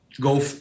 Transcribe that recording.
go